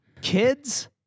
Kids